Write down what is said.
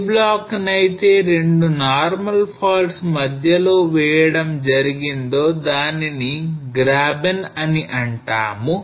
ఏ block నైతే 2 normal faults మధ్యలో వేయడం జరిగిందో దానిని Graben అని అంటాం